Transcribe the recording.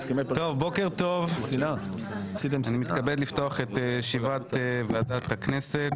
בוקר טוב, אני מתכבד לפתוח את ישיבת ועדת הכנסת.